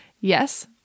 yes